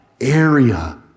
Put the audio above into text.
area